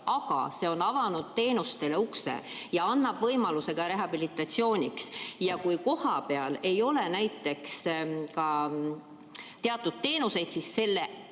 aga see on avanud ukse teenustele ja see annab võimaluse ka rehabilitatsiooniks. Kui kohapeal ei ole näiteks teatud teenust, siis selle